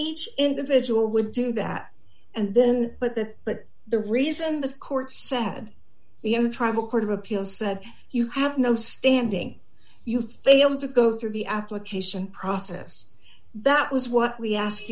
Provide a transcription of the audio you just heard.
each individual would do that and then but that but the reason the court said he in tribal court of appeals said you have no standing you failed to go through the application process that was what we ask